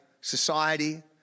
society